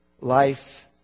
life